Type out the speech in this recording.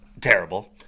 terrible